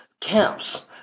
Camps